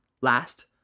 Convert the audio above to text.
last